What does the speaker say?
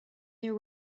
there